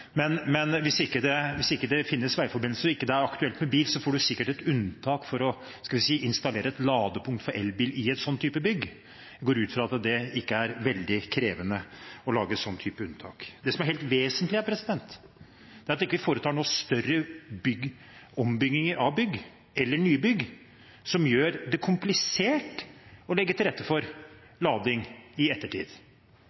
ikke er aktuelt med bil, da får man sikkert unntak for – skal vi si – å installere et ladepunkt for elbil i en slik type bygg. Jeg går ut ifra det at det ikke er veldig krevende å lage en slik type unntak. Det som er helt vesentlig, er at vi ikke foretar noen større ombygginger av bygg, eller nybygg, som gjør det komplisert å legge til rette i ettertid for